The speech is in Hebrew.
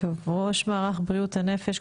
ראש מערך בריאות הנפש,